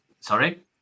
Sorry